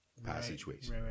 passageways